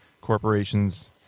corporations